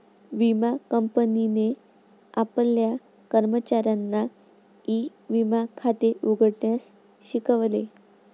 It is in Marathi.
विमा कंपनीने आपल्या कर्मचाऱ्यांना ई विमा खाते उघडण्यास शिकवले